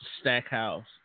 Stackhouse